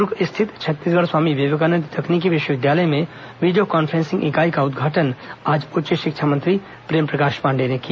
दुर्ग स्थित छत्तीसगढ़ स्वामी विवेकानंद तकनीकी विश्वविद्यालय में वीडियो कॉन्फ्रेसिंग इकाई का उदघाटन आज उच्च शिक्षा मंत्री प्रेमप्रकाश पांडेय ने किया